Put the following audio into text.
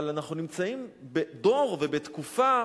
אבל אנחנו נמצאים בדור ובתקופה